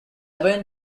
went